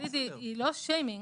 התכלית היא לא שיימינג.